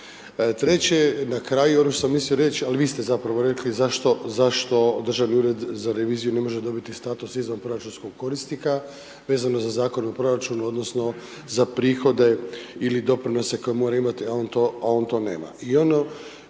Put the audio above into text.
Treće je na kraju ono šta sam mislio reć ali vi ste zapravo rekli zašto Državni ured za reviziju ne može dobiti status izvanproračunskog korisnika vezano za Zakon o proračunu odnosno za prihode ili doprinose koje moraju imati a on to nema.